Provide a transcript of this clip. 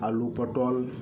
ᱟᱞᱩ ᱯᱚᱴᱚᱞ